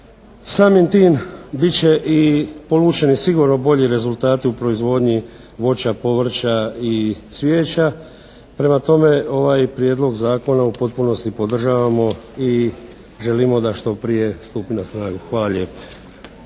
Samim tim bit će i povučeni sigurno bolji rezultati u proizvodnji voća, povrća i cvijeća. Prema tome, ovaj prijedlog zakona u potpunosti podržavamo i želimo da što prije stupi na snagu. Hvala